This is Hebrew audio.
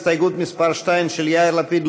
הסתייגות מס' 2 של יאיר לפיד,